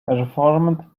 performed